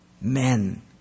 men